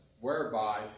whereby